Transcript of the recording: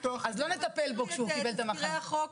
אז לא נטפל בו כשהוא קיבל את המחלה?